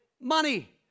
money